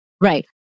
Right